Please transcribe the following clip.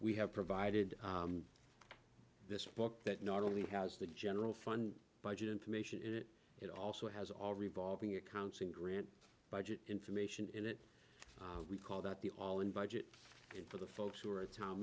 we have provided this book that not only has the general fund budget information in it it also has all revolving accounts and grant budget information in it we call that the all in budget and for the folks who are